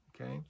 okay